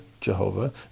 Jehovah